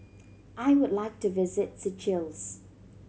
I would like to visit Seychelles